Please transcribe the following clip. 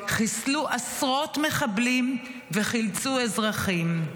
חיסלו עשרות מחבלים וחילצו אזרחים.